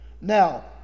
Now